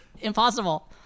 impossible